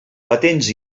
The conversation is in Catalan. patents